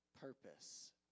Purpose